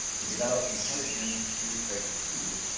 to develop intelligent geospatial tools,